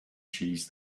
cheese